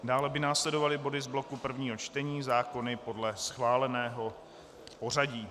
Dále by následovaly body z bloku prvního čtení, zákony podle schváleného pořadí.